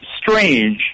strange